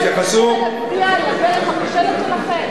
שנשב ונצדיע לדרך הכושלת שלכם?